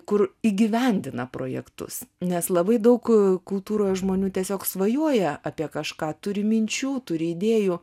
kur įgyvendina projektus nes labai daug kultūros žmonių tiesiog svajoja apie kažką turi minčių turi idėjų